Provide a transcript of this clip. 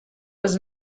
was